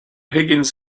higgins